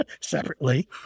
separately